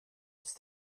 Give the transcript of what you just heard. ist